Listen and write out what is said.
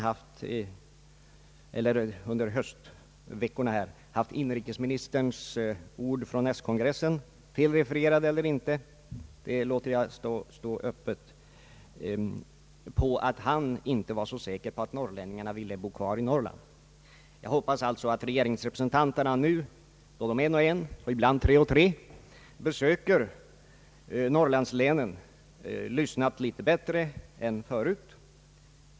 Vi har under nöstveckorna fått inrikesministerns ord från s-kongressen på — om han är felrefererad eller inte låter jag stå öppet — att han inte är så säker på att norrlänningarna ville bo kvar i Norrland. Det har gjort oss bekymrade. Jag hoppas att regeringsrepresentanterna nu då de, en och en och ibland tre och tre, besöker Norrlandslänen lyssnar litet bättre än förut på vad norrlänningarna haft och har att säga.